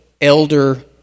elder